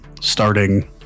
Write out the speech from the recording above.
starting